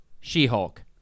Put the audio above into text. She-Hulk